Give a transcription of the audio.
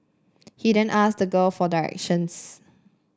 he then asked the girl for directions